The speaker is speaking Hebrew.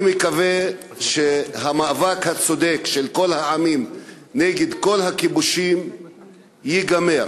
אני מקווה שהמאבק הצודק של כל העמים נגד כל הכיבושים ייגמר,